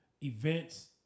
events